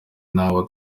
n’abo